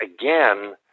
again